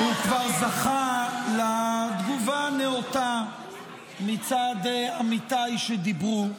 הוא כבר זכה לתגובה הנאותה מצד עמיתיי שדיברו.